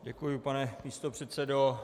Děkuji, pane místopředsedo.